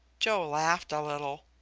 joe laughed a little.